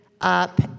up